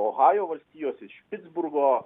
ohajo valstijos iš pitsburgo